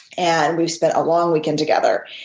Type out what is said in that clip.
and we've spent a long weekend together.